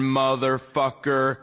motherfucker